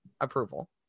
approval